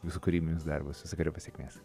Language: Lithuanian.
jūsų kūrybinis darbas visokeriopos sėkmės